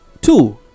two